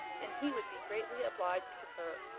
and he would be greatly obliged to her.